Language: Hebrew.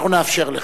אנחנו נאפשר לך.